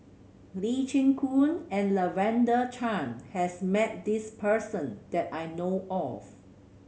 Lee Chin Koon and Lavender Chang has met this person that I know of